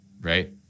Right